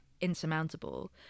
insurmountable